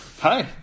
Hi